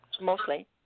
mostly